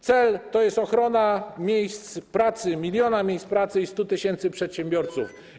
Cel to jest ochrona miejsc pracy, 1 mln miejsc pracy i 100 tys. przedsiębiorców.